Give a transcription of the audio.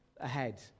ahead